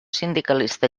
sindicalista